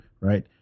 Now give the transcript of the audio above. Right